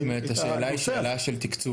זאת אומרת שהשאלה היא שאלה של תקצוב,